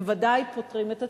הם ודאי פוטרים את עצמם.